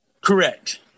Correct